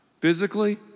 physically